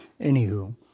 Anywho